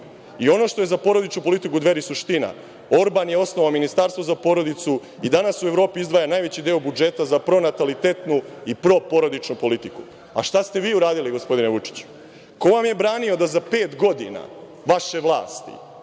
Ono što je za porodičnu politiku Dveri suština, Orban je osnovao Ministarstvo za porodicu i danas u Evropi izdvaja najveći deo budžeta za pronalitetnu i proporodičnu politiku.A šta ste vi uradili, gospodine Vučiću? Ko vam je branio da za pet godina vaše vlasti,